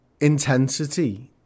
intensity